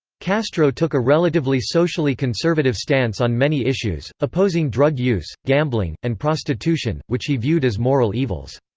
castro took a relatively socially conservative stance on many issues, opposing drug use, gambling, and prostitution, which he viewed as moral evils.